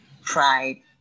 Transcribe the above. pride